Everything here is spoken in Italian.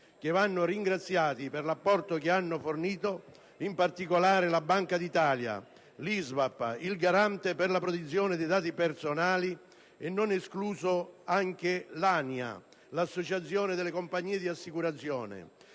che vanno ringraziati per l'apporto che hanno fornito: mi riferisco in particolare alla Banca d'Italia, all'ISVAP, al Garante per la protezione dei dati personali e all'ANIA, l'Associazione delle compagnie di assicurazione,